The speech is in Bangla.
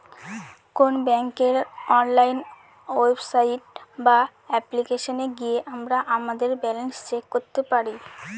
কোন ব্যাঙ্কের অনলাইন ওয়েবসাইট বা অ্যাপ্লিকেশনে গিয়ে আমরা আমাদের ব্যালান্স চেক করতে পারি